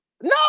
No